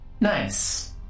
nice